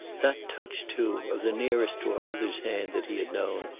that touch, too, of the nearest to a mother's hand that he had known,